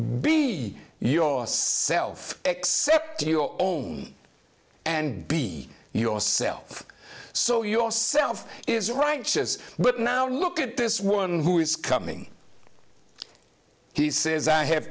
be your self except your own and be yourself so your self is righteous but now look at this one who is coming he says i have